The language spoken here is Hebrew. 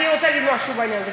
אני רוצה להגיד משהו בעניין הזה.